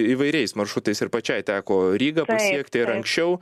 įvairiais maršrutais ir pačiai teko rygą pasiekti ir anksčiau